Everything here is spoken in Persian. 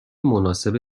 مناسب